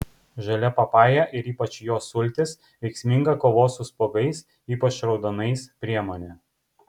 žalia papaja ir ypač jos sultys veiksminga kovos su spuogais ypač raudonais priemonė